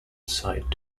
side